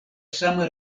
sama